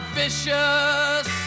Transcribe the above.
vicious